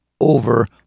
over